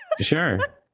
sure